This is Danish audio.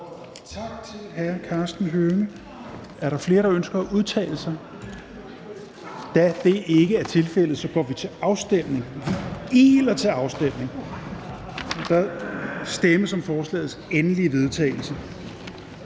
Tak til hr. Karsten Hønge. Er der flere, der ønsker at udtale sig? Da det ikke er tilfældet, iler vi til afstemning. Kl. 18:57 Afstemning Fjerde næstformand (Rasmus